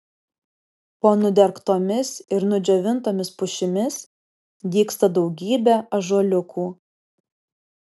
po nudergtomis ir nudžiovintomis pušimis dygsta daugybė ąžuoliukų